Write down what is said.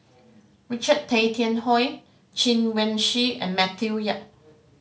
Richard Tay Tian Hoe Chen Wen Hsi and Matthew Yap